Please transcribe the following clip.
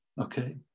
okay